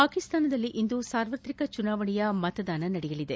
ಪಾಕಿಸ್ತಾನದಲ್ಲಿ ಇಂದು ಸಾರ್ವತ್ರಿಕ ಚುನಾವಣೆಯ ಮತದಾನ ನಡೆಯಲಿದೆ